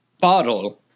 bottle